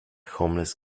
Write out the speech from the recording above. homeless